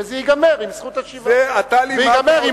וזה ייגמר עם זכות השיבה.